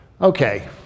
okay